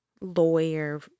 lawyer